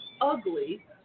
ugly